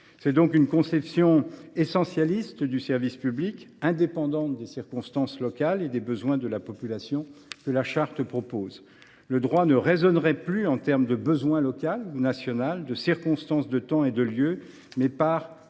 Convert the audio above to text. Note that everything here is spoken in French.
C’est donc une conception essentialiste du service public, indépendante des circonstances locales et des besoins de la population, que cette charte propose. Le droit raisonnerait non plus en termes de besoin local ou national, de circonstances de temps et de lieu, mais par